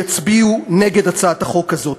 יצביעו נגד הצעת החוק הזאת.